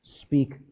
speak